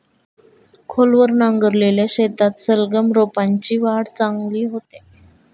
खोलवर नांगरलेल्या शेतात सलगम रोपांची वाढ चांगली होते